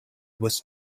was